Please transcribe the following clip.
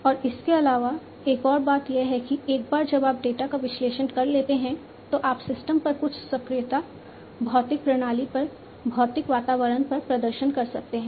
और इसके अलावा एक और बात यह है कि एक बार जब आप डेटा का विश्लेषण कर लेते हैं तो आप सिस्टम पर कुछ सक्रियता भौतिक प्रणाली पर भौतिक वातावरण पर प्रदर्शन कर सकते हैं